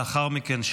לאחר מכן,